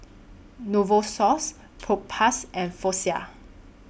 Novosource Propass and Floxia